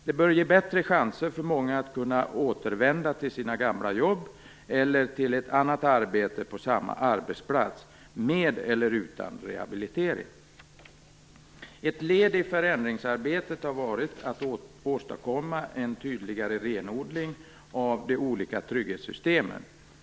Det bör ge bättre chanser för många att kunna återvända till sina gamla jobb eller till ett annat arbete på samma arbetsplats, med eller utan rehabilitering. Ett led i förändringsarbetet har varit att åstadkomma en tydligare renodling av de olika trygghetssystemen.